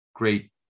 great